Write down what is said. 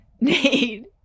need